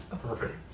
Perfect